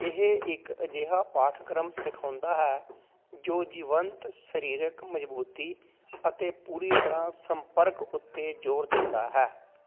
ਇਹ ਇੱਕ ਅਜਿਹਾ ਪਾਠਕ੍ਰਮ ਸਿਖਾਉਂਦਾ ਹੈ ਜੋ ਜੀਵੰਤ ਸਰੀਰਕ ਮਜ਼ਬੂਤੀ ਅਤੇ ਪੂਰੀ ਤਰ੍ਹਾਂ ਸੰਪਰਕ ਉੱਤੇ ਜ਼ੋਰ ਦਿੰਦਾ ਹੈ